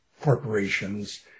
corporations